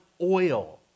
oil